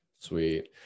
Sweet